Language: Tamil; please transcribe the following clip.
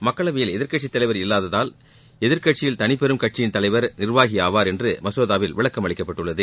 மக்களவையில் எதிர்க்கட்சித் தலைவர் இல்லாததால் எதிர்க்கட்சியில் தனிப்பெரும் கட்சியின் தலைவர் நிர்வாகி ஆவார் என்று மசோதாவில் விளக்கம் அளிக்கப்பட்டுள்ளது